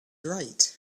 right